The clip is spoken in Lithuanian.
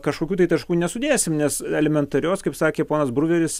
kažkokių tai taškų nesudėsim nes elementarios kaip sakė ponas bruveris